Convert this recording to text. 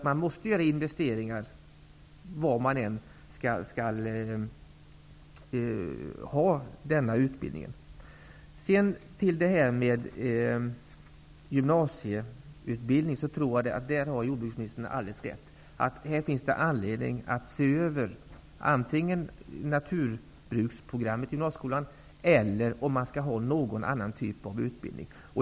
Man måste göra investeringar var man än skall bedriva denna utbildning. När det gäller gymnasieutbildning tror jag att jordbruksministern har alldeles rätt; här finns det anledning att antingen se över naturbruksprogrammet i gymnasieskolan eller överväga om man skall ha någon annan typ av utbildning.